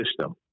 system